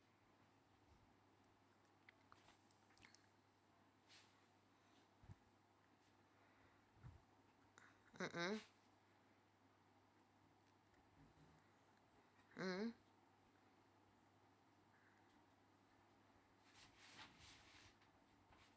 mmhmm mm